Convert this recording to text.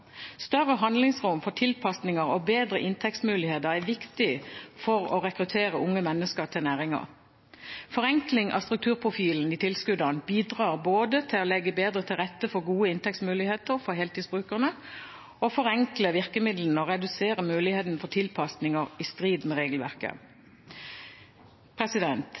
Større handlingsrom for tilpasninger og bedre inntektsmuligheter er viktig for å rekruttere unge mennesker til næringen. Forenkling av strukturprofilen i tilskuddene bidrar til både å legge bedre til rette for gode inntektsmuligheter for heltidsbrukene og å forenkle virkemidlene og redusere mulighetene for tilpasninger i strid med regelverket.